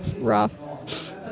Rough